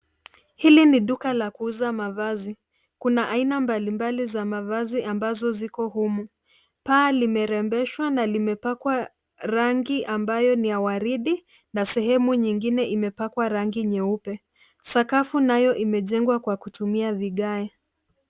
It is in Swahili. Hili ni duka la kuuza mavazi. Kuna aina mbalimbali za mavazi ambazo ziko humu. Paa limerembeshwa na limepakwa rangi ambayo ni ya waridi na sehemu nyingine imepangwa rangi nyeupe. Sakafu nayo imejengwa kwa kutumia vigae.